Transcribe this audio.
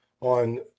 on